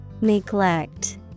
Neglect